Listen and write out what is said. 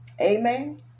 Amen